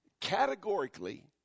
categorically